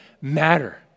matter